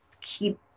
keep